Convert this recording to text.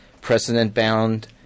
precedent-bound